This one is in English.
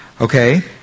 Okay